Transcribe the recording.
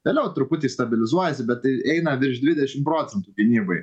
vėliau truputį stabilizuojasi bet tai eina virš dvidešim procentų gynybai